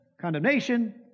condemnation